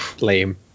lame